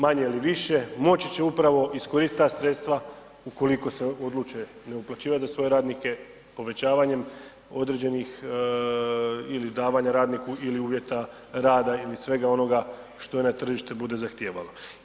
Manje ili više, moći će upravo iskoristiti ta sredstva ukoliko se odluče ne uplaćivati za svoje radnike povećavanjem određenih ili davanja radniku ili uvjeta rada ili svega onoga što na tržište bude zahtijevalo.